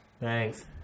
Thanks